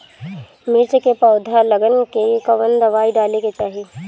मिर्च मे पौध गलन के कवन दवाई डाले के चाही?